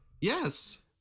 Yes